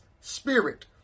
spirit